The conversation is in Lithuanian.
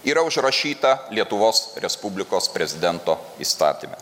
yra užrašyta lietuvos respublikos prezidento įstatyme